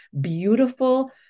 beautiful